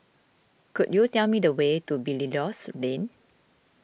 could you tell me the way to Belilios Lane